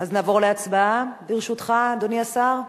אז נעבור להצבעה, ברשותך, אדוני השר?